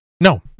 No